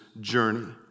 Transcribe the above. journey